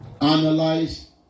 analyze